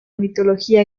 mitología